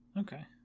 Okay